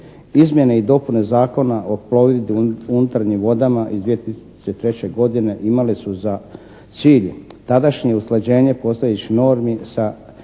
Izmjene i dopune Zakona o plovidbi unutarnjim vodama iz 2003. godine imali su za cilj tadašnje usklađenje postojećih normi sa